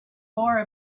more